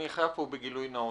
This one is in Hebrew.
אני חייב פה בגילוי נאות.